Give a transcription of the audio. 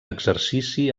exercici